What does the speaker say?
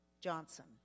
Johnson